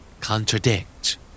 Contradict